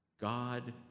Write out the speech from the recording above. God